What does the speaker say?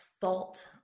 fault